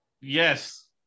Yes